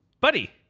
Buddy